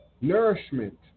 nourishment